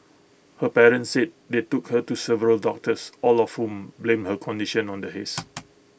her parents said they took her to several doctors all of whom blamed her condition on the haze